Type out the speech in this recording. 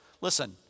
listen